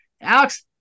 Alex